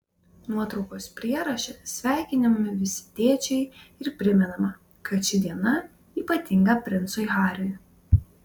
nuotraukos prieraše sveikinami visi tėčiai ir primenama kad ši diena ypatinga princui hariui